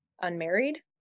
unmarried